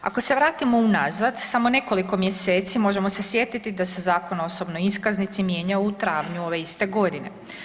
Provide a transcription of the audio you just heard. Ako se vratimo unazad samo nekoliko mjeseci možemo se sjetiti da se Zakon o osobnoj iskaznici mijenjao u travnju ove iste godine.